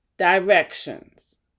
directions